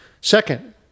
Second